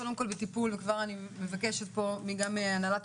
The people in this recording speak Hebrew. קודם כל בטיפול וכבר אני מבקשת פה גם מהנהלת